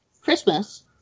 Christmas